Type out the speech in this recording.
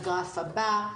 הגרף הבא.